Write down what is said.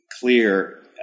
clear